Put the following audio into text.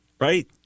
right